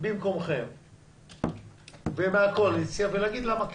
במקומכם ולהגיד למה כן.